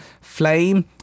Flame